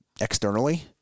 externally